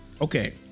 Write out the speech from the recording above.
Okay